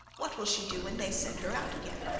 what will she do when they send her out again?